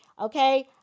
Okay